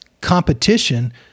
competition